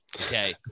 okay